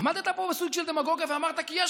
עמדת פה בסוג של דמגוגיה ואמרת: כי יש